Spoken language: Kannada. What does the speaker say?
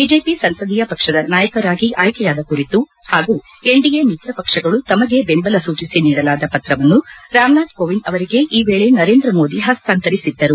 ಬಿಜೆಪಿ ಸಂಸದೀಯ ಪಕ್ಷದ ನಾಯಕನಾಗಿ ಆಯ್ಲೆಯಾದ ಕುರಿತು ಹಾಗೂ ಎನ್ಡಿಎ ಮಿತ್ರ ಪಕ್ಷಗಳು ತಮಗೆ ಬೆಂಬಲ ಸೂಚಿಸಿ ನೀಡಲಾದ ಪತ್ರವನ್ನು ರಾಮನಾಥ್ ಕೋವಿಂದ್ ಅವರಿಗೆ ಈ ವೇಳೆ ನರೇಂದ್ರ ಮೋದಿ ಹಸ್ತಾಂತರಿಸಿದ್ದರು